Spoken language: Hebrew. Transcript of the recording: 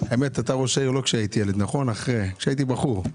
אתה ראש עיר לא מאז שהייתי ילד אלא מאז שהייתי כבר בחור.